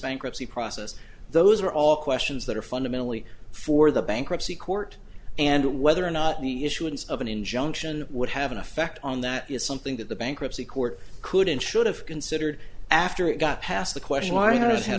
bankruptcy process those are all questions that are fundamentally for the bankruptcy court and whether or not the issuance of an injunction would have an effect on that is something that the bankruptcy court could and should have considered after it got past the question